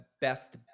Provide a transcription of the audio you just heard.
best